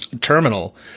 terminal